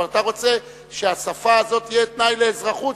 אבל אתה רוצה שהשפה הזאת תהיה תנאי לאזרחות,